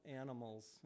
animals